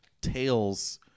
Tails